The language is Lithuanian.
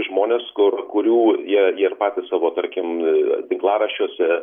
žmonės kur kurių jie jie ir patys savo tarkim tinklaraščiuose